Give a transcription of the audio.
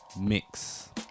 mix